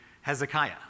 Hezekiah